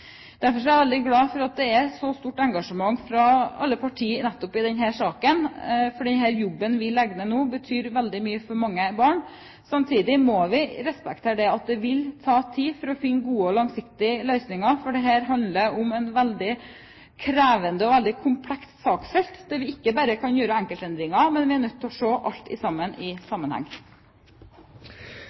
Derfor er jeg veldig glad for at det er et så stort engasjement fra alle partier nettopp i denne saken, for den jobben vi legger ned nå, betyr veldig mye for mange barn. Samtidig må vi respektere at det vil ta tid å finne gode og langsiktige løsninger, for dette handler om et veldig krevende og komplekst saksfelt der vi ikke bare kan gjøre enkeltendringer, men vi er nødt til å se alt i sammenheng. Det er tiden for budsjettbehandling i